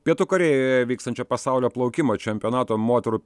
pietų korėjoje vykstančio pasaulio plaukimo čempionato moterų